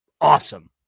awesome